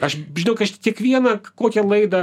aš žinok aš kiekvieną kokią klaidą